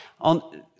on